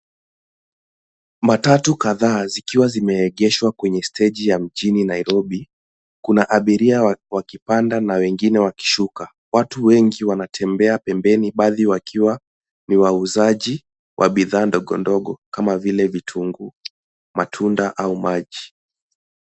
Matatu kadhaa zikiwa zimeegeshwa kwenye steji ya mjini Nairobi. Kuna abiria wakipanda na wengine wakishuka. Watu wengi wanatembea pembeni baadhi wakiwa ni wauzaji wa bidhaa ndogo ndogo kama vile vitunguu, matunda au maji.